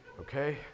okay